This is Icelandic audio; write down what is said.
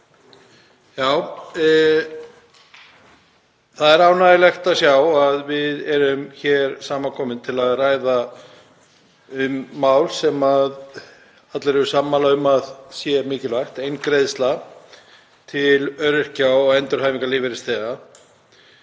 Það er ánægjulegt að við erum hér samankomin til að ræða um mál sem allir eru sammála um að sé mikilvægt, eingreiðsla til öryrkja og endurhæfingarlífeyrisþega.